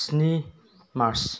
स्नि मार्स